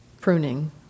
pruning